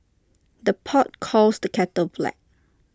the pot calls the kettle black